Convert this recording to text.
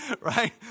right